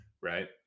right